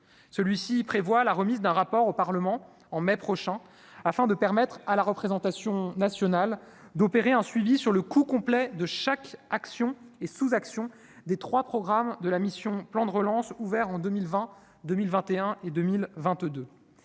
celui-ci prévoit la remise d'un rapport au Parlement en mai prochain, afin de permettre à la représentation nationale d'opérer un suivi sur le coût complet de chaque action et sous-action des 3 programmes de la mission, plan de relance, ouvert en 2020, 2021 et 2022